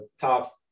top